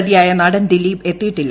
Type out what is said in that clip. പ്രതിയായ നടൻ ദിലീപ് എത്തിയിട്ടില്ല